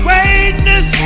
Greatness